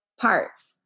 parts